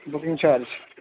booking charge